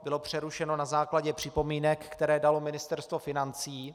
Bylo přerušeno na základě připomínek, které dalo Ministerstvo financí.